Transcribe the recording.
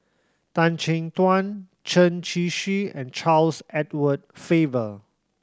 Tan Chin Tuan Chen Shiji and Charles Edward Faber